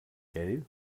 gell